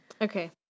Okay